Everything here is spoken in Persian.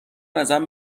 ازم